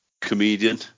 comedian